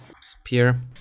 spear